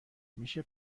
میشه